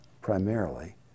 primarily